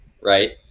right